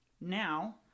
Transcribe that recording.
Now